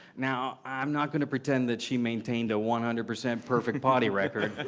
now i'm not going to pretend that she maintained a one hundred percent perfect potty record,